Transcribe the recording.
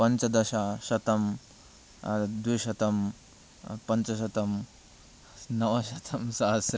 पञ्चदश शतम् द्विशतम् पञ्चशतम् नवशतम् सहस्रम्